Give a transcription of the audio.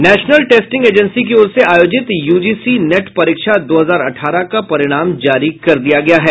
national testing agency की ओर से आयोजित यूजीसी नेट परीक्षा दो हजार अठारह का परिणाम जारी कर दिया गया है